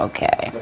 Okay